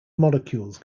molecules